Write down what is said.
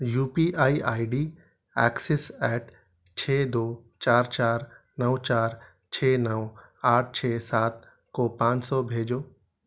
you P I I D axis at چھ دو چار چار نو چار چھ نو آٹھ چھ سات کو پانچ سو بھیجو